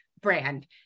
brand